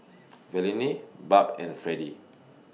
Verlene Barb and Fredie